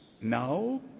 Now